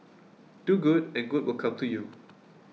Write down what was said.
do good and good will come to you